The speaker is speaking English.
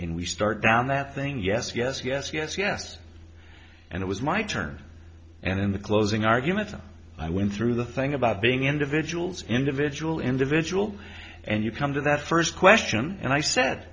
we start down that thing yes yes yes yes yes and it was my turn and in the closing arguments i went through the thing about being individuals individual individual and you come to that first question and i said